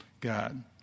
God